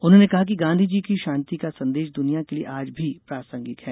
उन्होंने कहा कि गांधी का शांति का संदेश दुनिया के लिये आज भी प्रासंगिक है